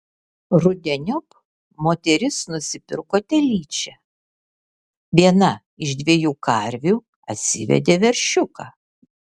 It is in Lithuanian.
rudeniop moteris nusipirko telyčią viena iš dviejų karvių atsivedė veršiuką